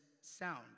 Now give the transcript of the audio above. sound